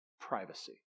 privacy